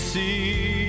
see